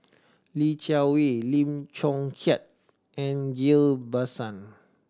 Li Jiawei Lim Chong Keat and Ghillie Basan